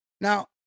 Now